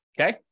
okay